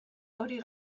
hori